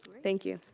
thank you.